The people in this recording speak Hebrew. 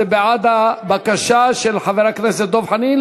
זה בעד הבקשה של חבר הכנסת דב חנין,